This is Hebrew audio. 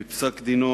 בפסק-דינו